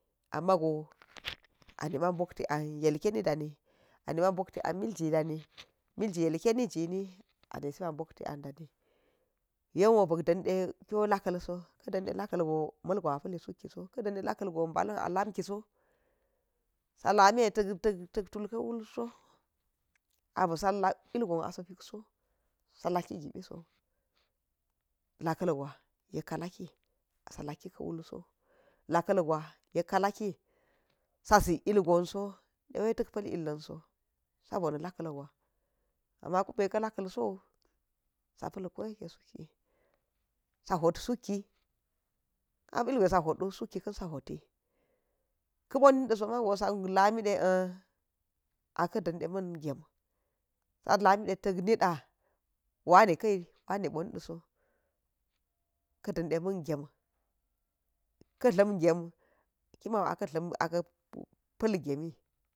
Amego anima̱ bokti an yetteeni ɗani anima̱ boktian mijiɗa̱ni, milji yikeni jini a nisi ma̱ bokti an dani yenwo bikdandi kiwo la̱ka̱lso ɗanɗe laka̱l go ma̱lgo a pa̱lli sukkiso, ka̱ ɗanɗe laka̱l go balan a lamkiso, sa̱ la̱me ta̱k tak tulka̱ wulso a bisa̱ la̱kilgon asa hukso, sa̱ lakki gipiso, la̱ka̱l gwa̱ yekka̱ la̱ki asa̱ la̱kki ka̱ wulso la̱ka̱l gwa̱ yekka̱ la̱ki sa zik ilgon so waita̱kpa̱l illanso sa̱bona̱ la̱ka̱l gwa̱ amma kunne ka la̱kal so sa̱pa̱l koyekke sukki, sa hotsukki, ka̱p ilgwa̱ za̱ hottho suk kika̱n sa̱ hottin ka̱ onida so pa̱nma̱ sa̱ la̱mi di an aika̱ danda̱ ma̱n gem, sa̱ lamidi ta̱k niɗa, waniki, wani wani oniɗaso ka̱danɗe ma̱n gem, ka tla̱m gem kima̱ni aka̱ tlam aka̱ pa̱l gemi.